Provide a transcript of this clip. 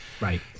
Right